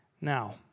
Now